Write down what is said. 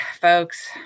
folks